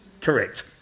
Correct